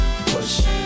push